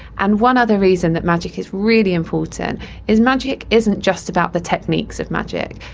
and one other reason that magic is really important is magic isn't just about the techniques of magic.